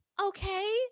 okay